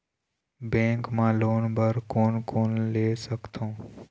Bank मा loan बर कोन कोन ले सकथों?